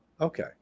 okay